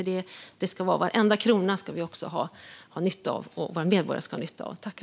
Varenda krona ska vi och våra medborgare ha nytta av.